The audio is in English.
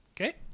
Okay